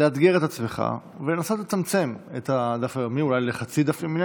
לאתגר את עצמך ולנסות לצמצם את הדף היומי אולי לחצי דף יומי,